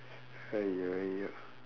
!haiyo! !aiyo!